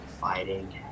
fighting